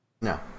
No